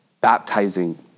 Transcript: baptizing